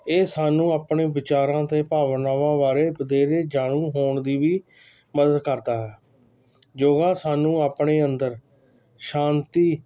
ਇਹ ਸਾਨੂੰ ਆਪਣੇ ਵਿਚਾਰਾਂ ਅਤੇ ਭਾਵਨਾਵਾਂ ਬਾਰੇ ਵਧੇਰੇ ਜਾਣੂ ਹੋਣ ਦੀ ਵੀ ਮਦਦ ਕਰਦਾ ਹੈ ਯੋਗਾ ਸਾਨੂੰ ਆਪਣੇ ਅੰਦਰ ਸ਼ਾਂਤੀ